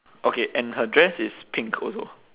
okay and her dress is pink also